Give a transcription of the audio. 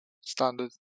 Standard